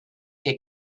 que